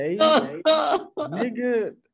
nigga